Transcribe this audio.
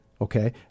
Okay